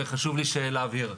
וחשוב לי להבהיר.